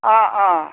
অঁ অঁ